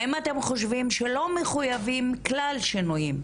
האם אתם חושבים שלא מחוייבים כלל שינויים